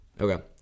Okay